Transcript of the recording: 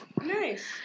Nice